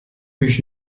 mich